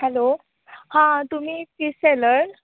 hello हां तुमी fish seller